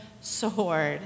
sword